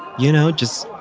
you know, just